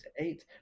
eight